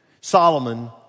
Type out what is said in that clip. Solomon